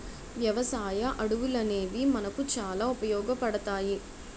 వ్యవసాయ అడవులనేవి మనకు చాలా ఉపయోగపడతాయి